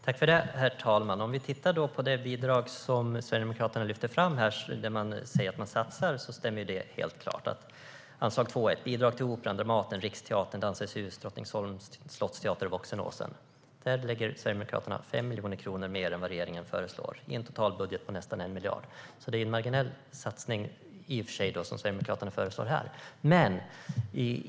Herr talman! Om vi tittar på det bidrag som Sverigedemokraterna lyfter fram här och där de säger att de satsar ser vi att det helt klart stämmer. I anslag 2:1, bidrag till Operan, Dramaten, Riksteatern, Dansens Hus, Drottningholms slottsteater och Voxenåsen, lägger Sverigedemokraterna 5 miljoner mer än vad regeringen föreslår i en totalbudget på nästan 1 miljard. Det är alltså en i och för sig marginell satsning som Sverigedemokraterna föreslår här.